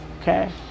Okay